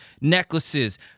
necklaces